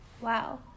wow